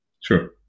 sure